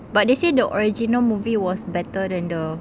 but they said the original movie was better than the